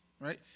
right